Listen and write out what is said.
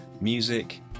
music